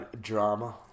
Drama